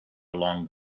long